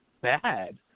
bad